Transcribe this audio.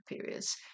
periods